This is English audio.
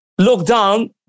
lockdown